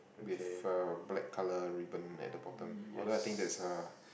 with a black colour ribbon at the bottom although I think that's a